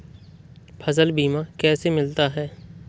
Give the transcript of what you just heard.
फसल बीमा कैसे मिलता है?